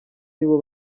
nibo